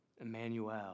Emmanuel